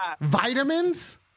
Vitamins